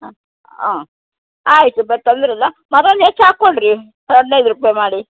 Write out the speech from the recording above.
ಹಾಂ ಹಾಂ ಆಯ್ತಪ್ಪ ತೊಂದ್ರೆ ಇಲ್ಲ ಮತ್ತೊಂದು ಹೆಚ್ಚು ಹಾಕಿ ಕೊಡಿರಿ ಹದಿನೈದು ರೂಪಾಯಿ ಮಾಡಿ